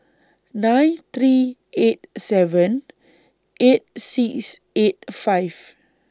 nine three eight seven eight six eight five